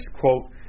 quote